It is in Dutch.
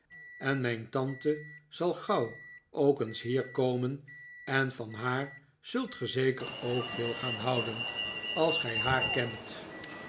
en mijn tante zal gauw ook eens hier komen en van haar zult ge zeker ook veel gaan houden als gij haar kent